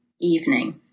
evening